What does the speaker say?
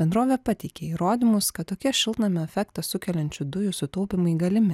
bendrovė pateikė įrodymus kad tokie šiltnamio efektą sukeliančių dujų sutaupymai galimi